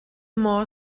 more